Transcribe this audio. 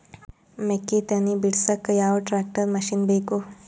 ಮೆಕ್ಕಿ ತನಿ ಬಿಡಸಕ್ ಯಾವ ಟ್ರ್ಯಾಕ್ಟರ್ ಮಶಿನ ಬೇಕು?